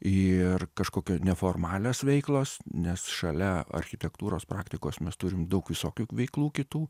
ir kažkokios neformalios veiklos nes šalia architektūros praktikos mes turim daug visokių veiklų kitų